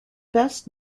best